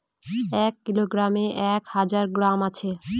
এক কিলোগ্রামে এক হাজার গ্রাম আছে